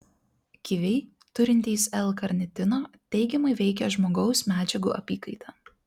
kiviai turintys l karnitino teigiamai veikia žmogaus medžiagų apykaitą